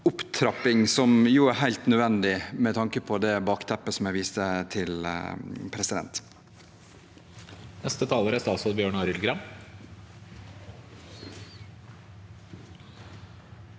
opptrapping, som er helt nødvendig med tanke på det bakteppet jeg viste til.